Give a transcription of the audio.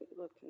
look